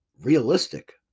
realistic